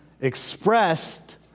expressed